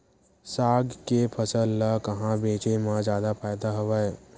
साग के फसल ल कहां बेचे म जादा फ़ायदा हवय?